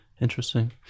Interesting